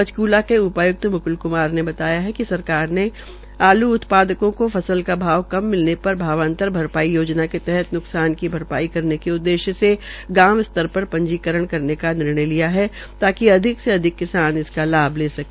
पंचकूला के उपाय्क्त म्क्ल क्मार ने बताया कि सरकार ने आल् उत्पादकों को फसल का भाव कम मिलने पर भावांतर भरपाई योजना के तहत न्कसान की भरपाई करने के उद्देश्य से गांव स्तर पर पंजीकरण करने का निर्णय लिया है ताकि अधिक से अधिक किसान इसका लाभ् ले सके